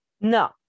no